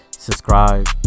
Subscribe